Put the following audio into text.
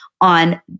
on